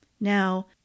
Now